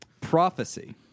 Prophecy